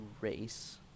race